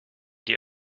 die